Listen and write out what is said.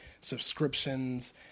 subscriptions